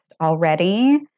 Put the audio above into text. already